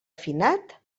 finat